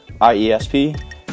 iesp